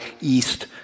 east